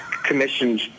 Commissioned